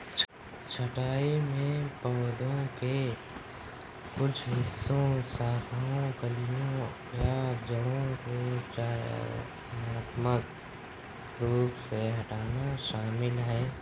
छंटाई में पौधे के कुछ हिस्सों शाखाओं कलियों या जड़ों को चयनात्मक रूप से हटाना शामिल है